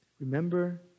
Remember